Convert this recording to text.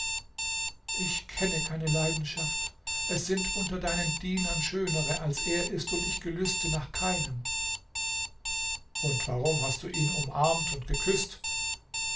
ich kenne keine leidenschaft es sind unter deinen dienern schönere als er ist und ich gelüste nach keinem und warum hast du ihn umarmt und geküßt